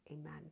Amen